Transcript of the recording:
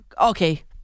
okay